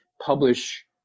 publish